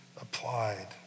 applied